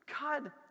God